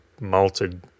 malted